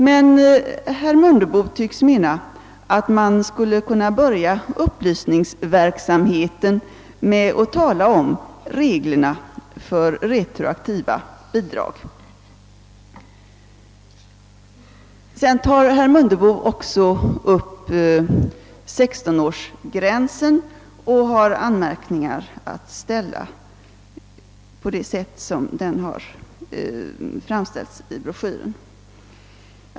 Herr Mundebo tycks däremot mena att man skulle börja upplysningsverksamheten med att tala om reglerna för retroaktiva bidrag. Herr Mundebo tar också upp 16-årsgränsen och har anmärkningar att göra mot det sätt på vilket denna har framställts i broschyren.